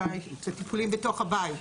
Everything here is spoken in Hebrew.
את הטיפולים בתוך הבית.